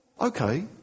Okay